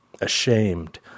ashamed